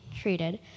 treated